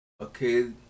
Okay